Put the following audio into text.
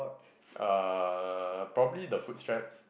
uh probably the foot straps